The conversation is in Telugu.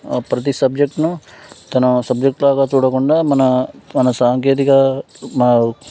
ప్రతి సబ్జెక్ట్ను తన సబ్జెక్ట్లాగా చూడకుండా మన మన సాంకేతిక